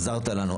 עזרת לנו.